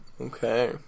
Okay